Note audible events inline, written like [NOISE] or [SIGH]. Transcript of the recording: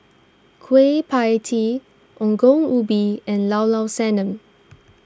Kueh Pie Tee Ongol Ubi and Llao Llao Sanum [NOISE]